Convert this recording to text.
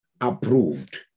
approved